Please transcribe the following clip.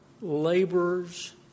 laborers